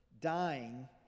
dying